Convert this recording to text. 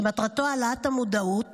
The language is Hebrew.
שמטרתו העלאת המודעות